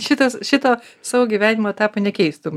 šitas šito savo gyvenimo etapo nekeistum